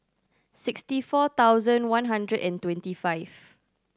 sixty four thousand one hundred and twenty five